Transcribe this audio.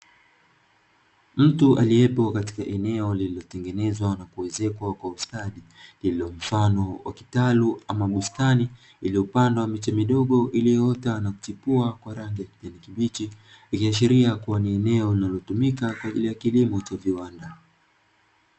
Mtu aliyepo katika eneo lilitotengenezwa na kuezekwa kwa ustadi lililo mfano wa kitalu ama bustani, iliyopandwa miche midogo iliyoota na kuchipua kwa rangi ya kijani kibichi, ikiashiria kuwa ni eneo linalotumika kwa ajili ya kilimo cha viwanda.